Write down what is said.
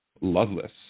Loveless